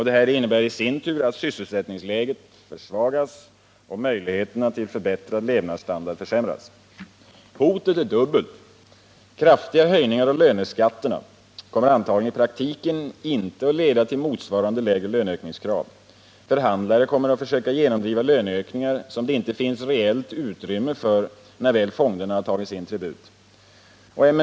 Detta innebär i sin tur att sysselsättningsläget försvagas och möjligheterna till förbättrad levnadsstandard försämras. Hotet är dubbelt. Kraftiga höjningar av löneskatterna kommer antagligen i praktiken inte att leda till motsvarande lägre löneökningskrav. Förhandlare kommer att försöka genomdriva löneökningar som det inte finns reellt utrymme för när väl fonderna tagit sin tribut.